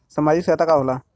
सामाजिक सहायता का होला?